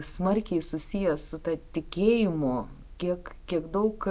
smarkiai susijęs su ta tikėjimu tiek kiek daug